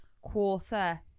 quarter